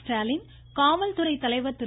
ஸ்டாலின் காவல்துறை தலைவர் திரு